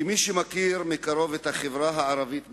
כמי שמכיר מקרוב את החברה הערבית בישראל,